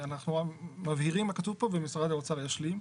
אנחנו מבהירים מה כתוב פה ומשרד האוצר ישלים.